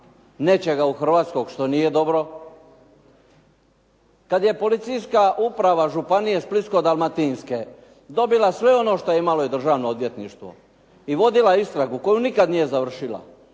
nečega u Hrvatskoj što nije dobro. Kada je Policijska uprava županije Splitsko-dalmatinske dobila sve ono što je imao i Državno odvjetništvo, i vodila istragu koju nikada nije završila.